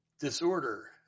disorder